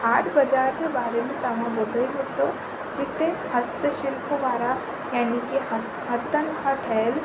हाट बाज़ार जे बारे में तव्हां ॿुधो ई हूंदो जिते हस्त शिल्प वारा ऐं मूंखे हथनि खां ठहियल